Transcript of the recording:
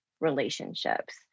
relationships